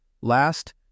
Last